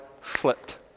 flipped